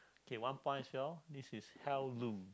okay one point as well this is heirlooms